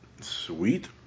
Sweet